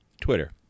Twitter